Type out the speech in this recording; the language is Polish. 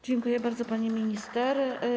Dziękuję bardzo, pani minister.